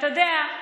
אתה יודע,